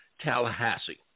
Tallahassee